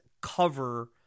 cover